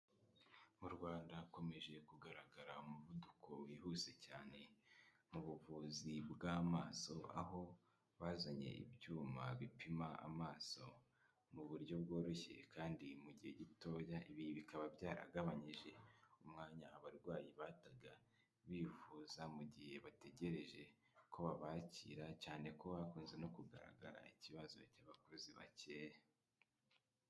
Mu Rwanda hakomeje kugaragara umuvuduko wihuse cyane mubuvuzi bwamaso, aho bazanye ibyuma bipima amaso mu buryo bworoshye kandi mu gihe gitoya. Ibi bikaba byaragabanyije umwanya abarwayi bataga bivu mu gihe bategereje ko babakira cyane ko hakunze no kugaragara ikibazo cy'abakozi bakeya.